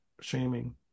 shaming